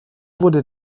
wurde